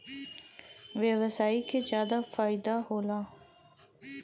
व्यवसायी के जादा फईदा होला